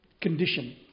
condition